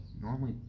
normally